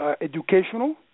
educational